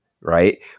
Right